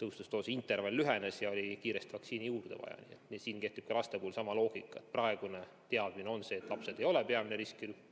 tõhustusdoosi intervall lühenes ja meil oli kiiresti vaktsiini juurde vaja. Ka laste puhul kehtib sama loogika. Praegune teadmine on see, et lapsed ei ole peamine riskirühm,